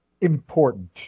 important